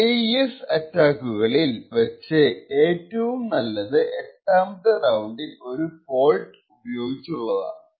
AES അറ്റാക്കുകളിൽ വച്ച് ഏറ്റവും നല്ലത് എട്ടാമത്തെ റൌണ്ടിൽ ഒരു ഫോൾട്ട് ഉപയോഗിച്ചുള്ളതാണ്